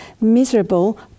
miserable